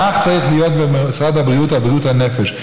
כך צריך להיות במשרד הבריאות לבריאות הנפש.